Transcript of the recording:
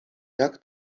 jak